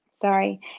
Sorry